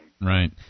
Right